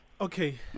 okay